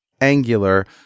Angular